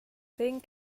thing